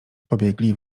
pobiegli